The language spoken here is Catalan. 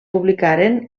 publicaren